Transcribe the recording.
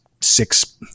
six